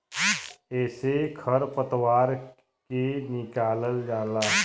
एसे खर पतवार के निकालल जाला